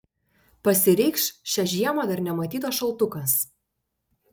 pasireikš šią žiemą dar nematytas šaltukas